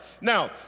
Now